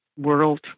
world